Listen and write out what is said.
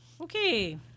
Okay